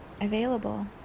available